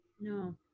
No